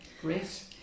great